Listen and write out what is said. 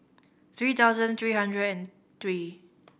three thousand three hundred and three